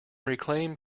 reclaim